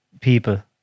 people